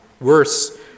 worse